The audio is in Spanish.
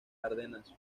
ardenas